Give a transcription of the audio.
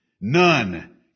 None